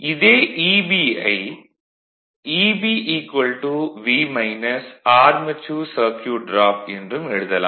இதே Eb யை Eb V armature circuit drop என்றும் எழுதலாம்